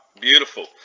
beautiful